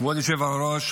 כבוד היושב-ראש,